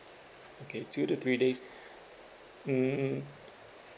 okay two to three days mm mm